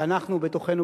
שאנחנו בתוכנו,